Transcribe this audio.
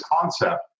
concept